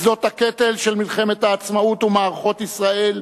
שדות הקטל של מלחמת העצמאות ומערכות ישראל,